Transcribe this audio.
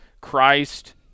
Christ